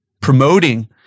promoting